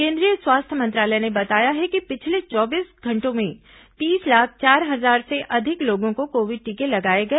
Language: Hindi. केंद्रीय स्वास्थ्य मंत्रालय ने बताया है कि पिछले चौबीस घंटों में तीस लाख चार हजार से अधिक लोगों को कोविड टीके लगाए गए